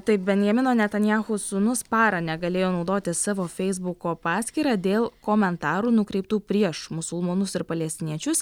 taip benjamino netanjahu sūnus parą negalėjo naudotis savo feisbuko paskyra dėl komentarų nukreiptų prieš musulmonus ir palestiniečius